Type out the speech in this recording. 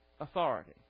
authority